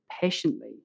patiently